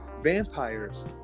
vampires